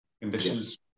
conditions